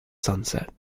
sunset